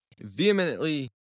vehemently